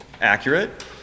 accurate